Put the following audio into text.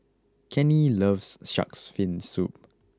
Kenney loves shark's fin soup